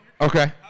Okay